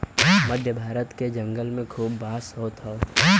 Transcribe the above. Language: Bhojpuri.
मध्य भारत के जंगल में खूब बांस होत हौ